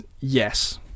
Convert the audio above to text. yes